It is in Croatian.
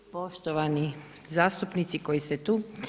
Poštovani zastupnici koji ste tu.